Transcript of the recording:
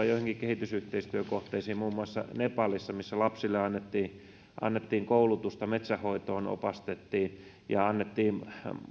joihinkin kehitysyhteistyökohteisiin muun muassa nepalissa missä lapsille annettiin annettiin koulutusta metsänhoitoon opastettiin ja annettiin